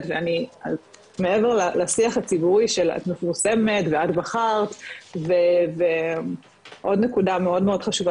ואני מעבר לשיח הציבורי של את מפורסמת ואת בחרת ועוד נקודה מאוד חשובה